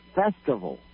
festival